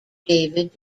david